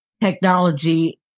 technology